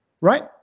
right